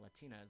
Latinas